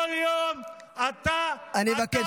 כל יום אתה wanted,